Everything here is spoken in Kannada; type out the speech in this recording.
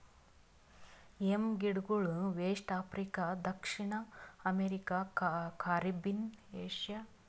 ಯಂ ಗಿಡಗೊಳ್ ವೆಸ್ಟ್ ಆಫ್ರಿಕಾ, ದಕ್ಷಿಣ ಅಮೇರಿಕ, ಕಾರಿಬ್ಬೀನ್, ಏಷ್ಯಾ ಮತ್ತ್ ಓಷನ್ನ ದೇಶಗೊಳ್ದಾಗ್ ಅಷ್ಟೆ ಬೆಳಿತಾರ್